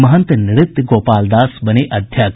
महंत नृत्य गोपाल दास बने अध्यक्ष